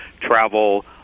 Travel